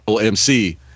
MC